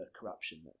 corruption